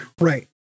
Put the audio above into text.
right